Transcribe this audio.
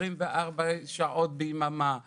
24 שעות ביממה למען.